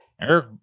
Eric